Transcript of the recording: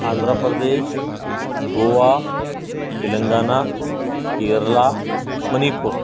آندھرا پردیش گوا تلنگانہ کیرلا منی پور